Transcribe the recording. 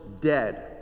dead